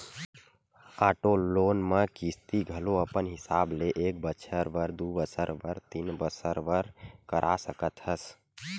auto loan म किस्ती घलो अपन हिसाब ले एक बछर बर, दू बछर बर, तीन बछर बर करा सकत हस